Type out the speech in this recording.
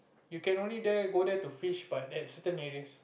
you can only there go there to fish but at certain areas